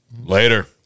Later